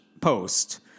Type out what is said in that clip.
post